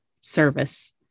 service